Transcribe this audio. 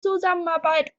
zusammenarbeit